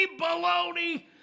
baloney